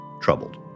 troubled